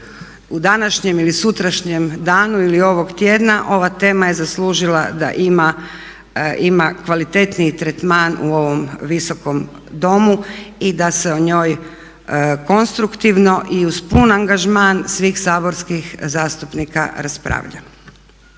u današnjem ili sutrašnjem danu ili ovog tjedna ova tema je zaslužila da ima kvalitetniji tretman u ovom visokom domu i da se o njoj konstruktivno i uz pun angažman svih saborskih zastupnika raspravlja.